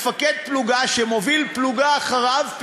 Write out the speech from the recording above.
מפקד פלוגה שמוביל פלוגה אחריו,